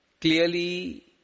clearly